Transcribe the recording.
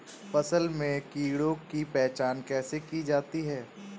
फसल में कीड़ों की पहचान कैसे की जाती है?